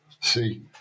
See